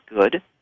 good